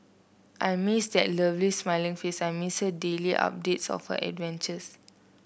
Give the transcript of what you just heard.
I miss that lovely smiling face I miss her daily updates of her adventures